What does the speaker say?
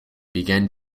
began